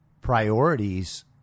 priorities